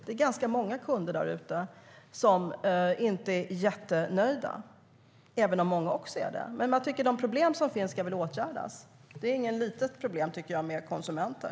Det är många kunder där ute som inte är jättenöjda, även om det finns många som är det. Men jag tycker att de problem som finns ska åtgärdas. Det är inget litet problem när det gäller konsumenter.